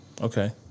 Okay